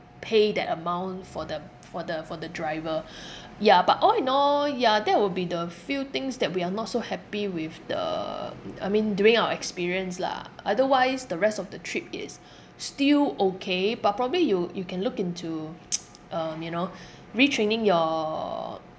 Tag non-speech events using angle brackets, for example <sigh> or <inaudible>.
pay that amount for the for the for the driver ya but all in all ya that will be the few things that we are not so happy with the I mean during our experience lah otherwise the rest of the trip is still okay but probably you you can look into <noise> um you know retraining your